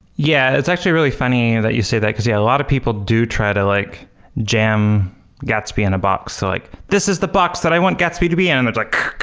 yeah, it's actually really funny that you say that, because a lot of people do try to like jam gatsby in a box like, this is the box that i want gatsby to be. and it's like